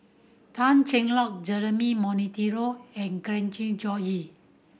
Tan Cheng Lock Jeremy Monteiro and Glen Goei